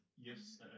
Yes